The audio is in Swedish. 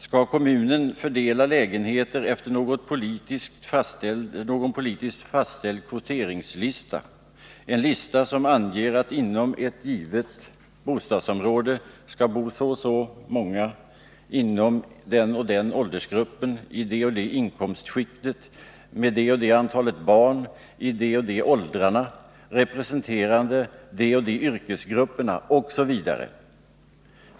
Skall kommunen fördela lägenheter efter någon politiskt fastställd kvoteringslista, en lista som anger att inom ett givet bostadsområde skall bo så och så många inom den och den åldersgruppen, i det och det inkomstskiktet, med det och det antalet barn i de och de åldrarna, representerande de och de yrkesgrupperna osv.?